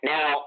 Now